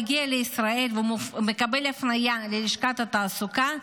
מגיע לישראל ומקבל הפניה ללשכת התעסוקה,